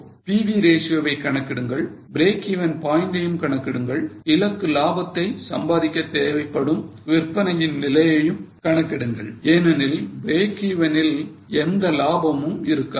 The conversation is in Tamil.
So PV ratio வை கணக்கிடுங்கள் breakeven point யும் கணக்கிடுங்கள் இலக்கு லாபத்தை சம்பாதிக்க தேவைப்படும் விற்பனையின் நிலையையும் கணக்கிடுங்கள் ஏனெனில் breakeven ல் எந்த லாபமும் இருக்காது